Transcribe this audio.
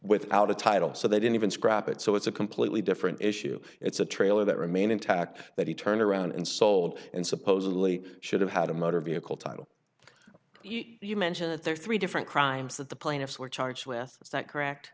without a title so they don't even scrap it so it's a completely different issue it's a trailer that remain intact that he turned around and sold and supposedly should have had a motor vehicle title you mentioned that there are three different crimes that the plaintiffs were charged with is that correct